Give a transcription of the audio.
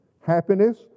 happiness